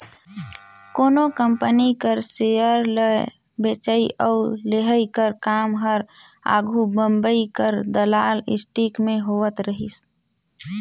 कोनो कंपनी कर सेयर ल बेंचई अउ लेहई कर काम हर आघु बंबई कर दलाल स्टीक में होवत रहिस